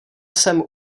jsem